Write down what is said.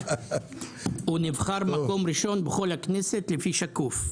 הוא נבחר למקום הראשון בכל הכנסת, לפי "שקוף".